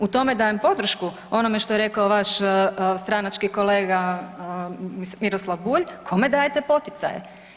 U tome dajem podršku onome što je rekao vaš stranački kolega Miroslav Bulj, kome dajete poticaje?